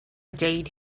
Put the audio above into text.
date